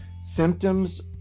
Symptoms